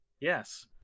Yes